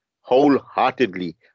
wholeheartedly